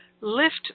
lift